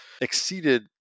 exceeded